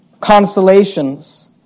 constellations